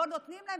לא נותנים להם,